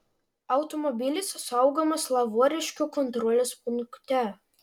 automobilis saugomas lavoriškių kontrolės punkte